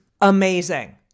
amazing